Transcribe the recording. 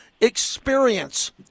experience